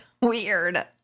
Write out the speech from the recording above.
weird